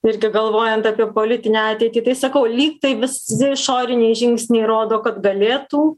irgi galvojant apie politinę ateitį tai sakau lyg tai visi išoriniai žingsniai rodo kad galėtų